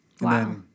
wow